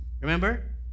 remember